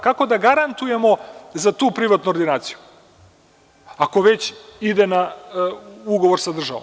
Kako da garantujemo za tu privatnu ordinaciju, ako već ide na ugovor sa državom?